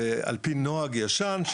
על פי נוהג ישן,